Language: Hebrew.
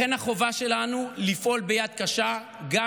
לכן החובה שלנו היא לפעול ביד קשה גם